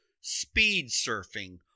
speed-surfing